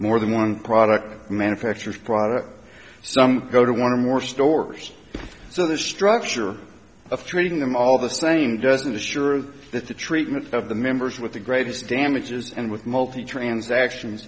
more than one product manufactured product some go to one of more stores so the structure of training them all the same doesn't assure that the treatment of the members with the greatest damages and with multi transactions